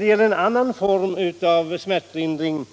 Beträffande en annan form av smärtlindring